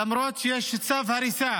למרות שיש צו הריסה